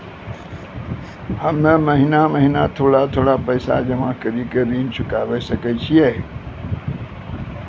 हम्मे महीना महीना थोड़ा थोड़ा पैसा जमा कड़ी के ऋण चुकाबै सकय छियै?